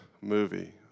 movie